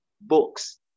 books